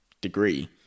degree